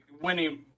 winning